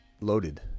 loaded